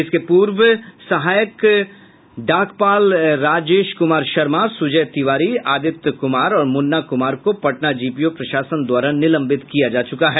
इसके पूर्व सहायक डाक पाल राजेश कुमार शर्मा सुजय तिवारी आदित्य कुमार और मुन्ना कुमार को पटना जीपीओ प्रशासन द्वारा निलंबित किया जा चुका है